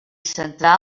central